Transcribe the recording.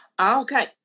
Okay